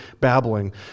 babbling